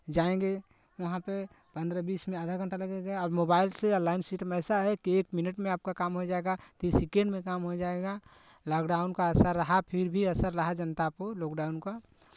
जाएँगे वहाँ पे पन्द्रह बीस में आधा घंटा लगेगा और मोबाइल से ऑनलाइन सिस्टम ऐसा है कि एक मिनट में आपका काम हो जाएगा तीस सेकेंड में काम हो जाएगा लॉकडाउन का असर रहा फिर भी असर रहा जनता पे लॉकडाउन का